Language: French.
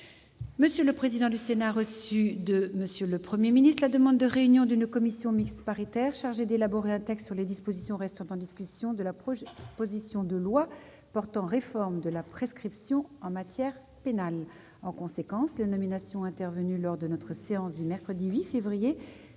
M. le président du Sénat a reçu de M. le Premier ministre la demande de réunion d'une commission mixte paritaire chargée d'élaborer un texte sur les dispositions restant en discussion de la proposition de loi portant réforme de la prescription en matière pénale. En conséquence, les nominations intervenues lors de notre séance du mercredi 8 février